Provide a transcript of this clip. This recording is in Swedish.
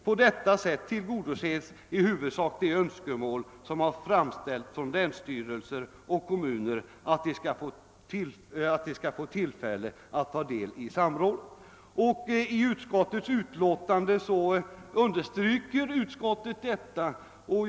På detta sätt tillgodoses i huvudsak de önskemål som har framställts från länsstyrelser och kommuner att de skall få tillfälle att ta del i samrådet.> Detta understryks också av utskottet i dess utlåtande.